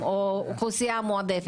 כמו שצריך ולממש את הפוטנציאל שלהם.